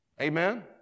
Amen